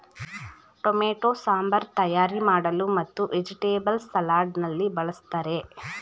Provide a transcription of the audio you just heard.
tomato sambar ತಯಾರಿ ಮಾಡಲು ಮತ್ತು ವೆಜಿಟೇಬಲ್ಸ್ ಸಲಾಡ್ ನಲ್ಲಿ ಬಳ್ಸತ್ತರೆ